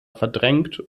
verdrängt